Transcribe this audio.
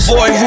Boy